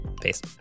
Peace